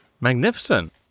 Magnificent